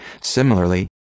Similarly